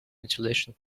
ventilation